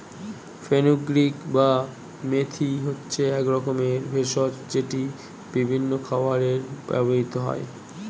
fenugreek বা মেথি হচ্ছে এক রকমের ভেষজ যেটি বিভিন্ন খাবারে ব্যবহৃত হয়